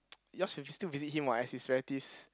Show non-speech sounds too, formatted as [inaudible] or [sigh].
[noise] you all should still visit him what as his relatives